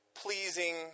pleasing